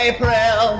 April